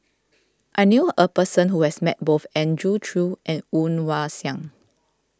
I knew a person who has met both Andrew Chew and Woon Wah Siang